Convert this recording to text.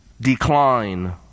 decline